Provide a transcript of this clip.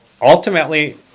ultimately